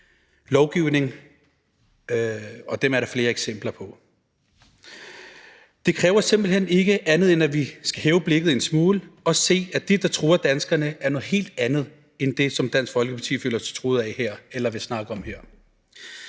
lovgivning, og det er der flere eksempler på. Det kræver simpelt hen ikke andet, end at vi skal hæve blikket en smule og se, at det, der truer danskerne, er noget helt andet end det, som Dansk Folkeparti føler sig truet af her eller vil snakke om her.